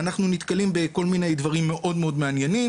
אנחנו נתקלים בכל מיני דברים מאוד מעניינים,